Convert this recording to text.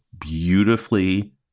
beautifully